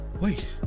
Wait